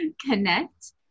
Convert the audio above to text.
connect